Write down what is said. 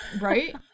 right